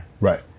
Right